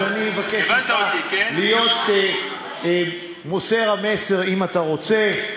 אז אני אבקש ממך להיות מוסר המסר, אם אתה רוצה.